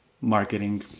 marketing